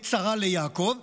עת צרה ליעקב,